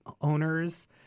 owners